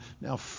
Now